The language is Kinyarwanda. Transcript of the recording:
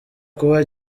kuba